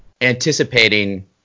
anticipating